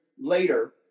later